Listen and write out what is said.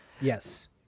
yes